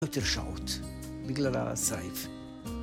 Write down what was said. שעות, בגלל הסייף.